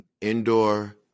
indoor